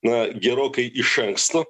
na gerokai iš anksto